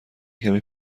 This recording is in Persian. کمی